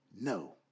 No